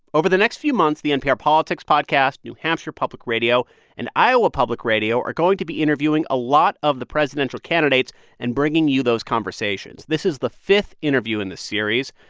over the next few months, the npr politics podcast, new hampshire public radio and iowa public radio are going to be interviewing a lot of the presidential candidates and bringing you those conversations. this is the fifth interview in the series.